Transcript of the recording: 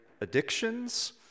addictions